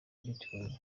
bitcoin